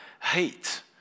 hate